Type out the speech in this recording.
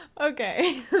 Okay